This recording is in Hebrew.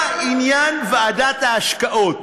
מה עניין ועדת ההשקעות?